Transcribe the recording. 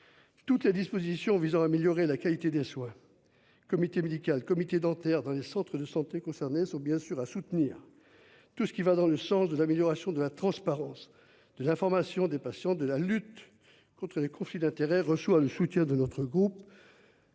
Toutes les dispositions visant à améliorer la qualité des soins. Comité médical comité dentaire dans les centres de santé concernés sont bien sûr à soutenir. Tout ce qui va dans le sens de l'amélioration de la transparence de l'information des patients de la lutte contre les conflits d'intérêts reçoit le soutien de notre groupe.